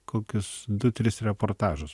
kokius du tris reportažus